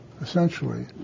essentially